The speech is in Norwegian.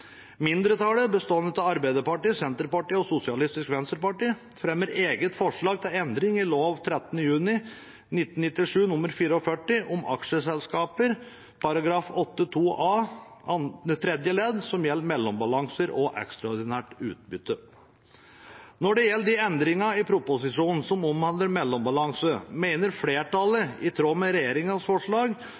Mindretallet, bestående av Arbeiderpartiet, Senterpartiet og Sosialistisk Venstreparti, fremmer eget forslag til endring i lov 13. juni 1997 nr. 44 om aksjeselskaper, § 8-2 a tredje ledd, som gjelder mellombalanser og ekstraordinært utbytte. Når det gjelder endringene i proposisjonen som omhandler mellombalanse, mener flertallet, i tråd med regjeringens forslag,